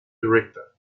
director